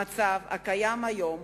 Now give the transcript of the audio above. המצב הקיים היום,